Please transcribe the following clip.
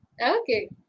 Okay